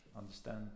understand